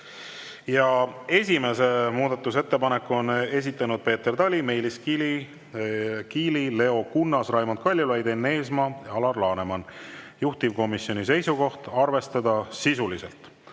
Esimese muudatusettepaneku on esitanud Peeter Tali, Meelis Kiili, Leo Kunnas, Raimond Kaljulaid, Enn Eesmaa ja Alar Laneman, juhtivkomisjoni seisukoht: arvestada sisuliselt.